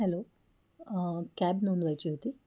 hello cab नोंदवायची होती